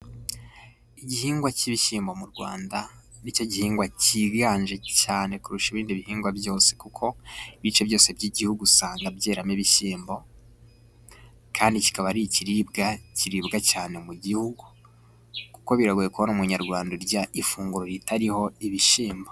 Igihingwa cy'ibishyimbo mu Rwanda, ni cyo gihingwa cyiganje cyane kurusha ibindi bihingwa byose, kuko ibice byose by'Igihugu usanga byeramo ibishyimbo, kandi kikaba ari ikiribwa kiribwa cyane mu Gihugu ,kuko biragoye kubona Umunyarwanda urya ifunguro ritariho ibishyimbo.